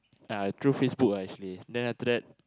ah through Facebook ah actually then after that